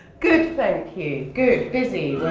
good, thank you. good, busy.